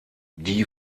die